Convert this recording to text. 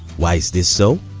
why is this so?